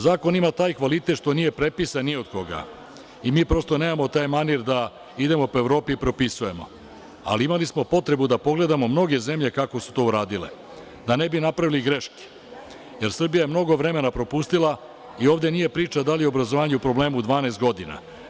Zakon ima taj kvalitet što nije prepisan ni od koga i mi prosto nemamo taj manir da idemo po Evropi i prepisujemo, ali imali smo potrebu da pogledamo mnoge zemlje kako su to uradile, da ne bi napravili greške, jer Srbija je mnogo vremena propustila i ovde nije priča da li je obrazovanje u problemu 12 godina.